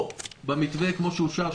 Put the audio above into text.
או במתווה כפי שאושר,